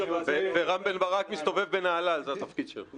ורם בן ברק מסתובב בנהלל, זה התפקיד שלו.